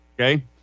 Okay